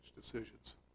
decisions